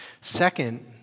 Second